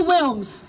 Wilms